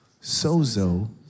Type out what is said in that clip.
sozo